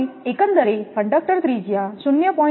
હવે એકંદરે કંડક્ટર ત્રિજ્યા 0